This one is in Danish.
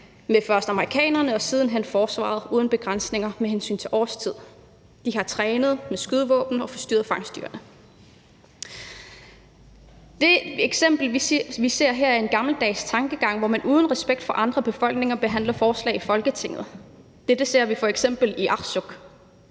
med først amerikanerne og siden hen forsvaret uden begrænsninger med hensyn til årstid. De har trænet med skydevåben og har forstyrret fangstdyrene. Det eksempel, vi ser her, er udtryk for en gammeldags tankegang, hvor man uden respekt for andre befolkninger behandler forslag i Folketinget. Dette ser vi f.eks. i Arsuk,